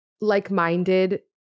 like-minded